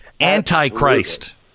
antichrist